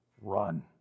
Run